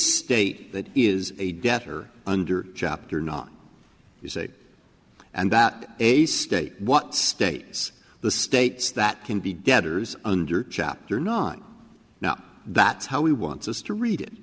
state that is a debtor under chapter nine you say and that a state what states the states that can be debtors under chapter nine now that's how he wants us to read it